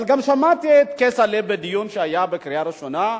אבל גם שמעתי את כצל'ה בדיון שהיה בקריאה ראשונה.